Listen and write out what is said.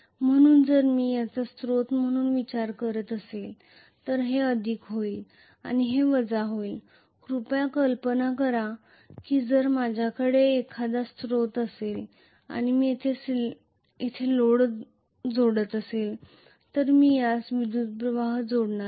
म्हणून जर मी याचा स्त्रोत म्हणून विचार करत असेल तर हे अधिक होईल आणि हे वजा होईल कृपया कल्पना करा की जर माझ्याकडे एखादा स्रोत असेल आणि मी येथे लोड जोडत आहे तर मी यास विद्युत् प्रवाह जोडणार आहे